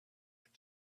had